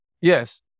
Yes